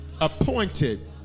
appointed